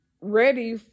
ready